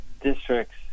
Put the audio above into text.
districts